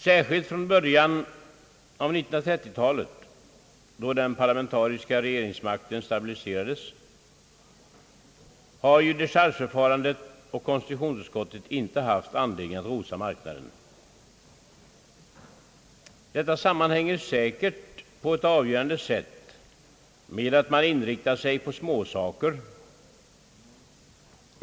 Särskilt från början av 1930-talet, då den parlamentariska regeringsmakten stabiliserades, har ju dechargeförfarandet och konstitutionsutskottet inte haft anledning att rosa marknaden. Detta sammanhänger säkert på ett avgörande sätt med att man inriktat sig på småsaker.